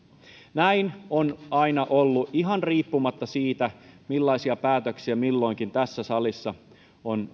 näin on aina ollut ihan riippumatta siitä millaisia päätöksiä milloinkin tässä salissa on